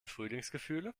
frühlingsgefühle